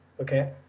Okay